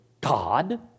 God